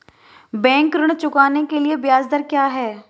Bank ऋण चुकाने के लिए ब्याज दर क्या है?